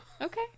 Okay